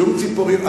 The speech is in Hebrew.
שום ציפורים.